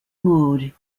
mood